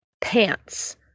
pants